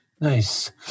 Nice